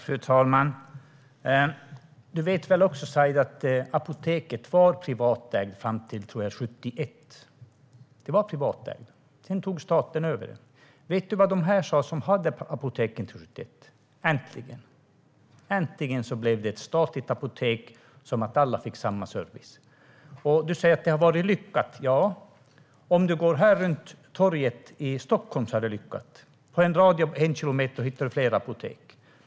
Fru talman! Du vet väl också, Said, att apoteket var privatägt fram till 1971, tror jag. Det var privatägt. Sedan tog staten över. Vet du vad de som hade apotek sa då? De sa: Äntligen! Äntligen blev det statligt, så att alla fick samma service. Du säger att privatiseringen har varit lyckad. Ja, här i Stockholm har det blivit lyckat. Inom en radie av en kilometer hittar du fler apotek i dag.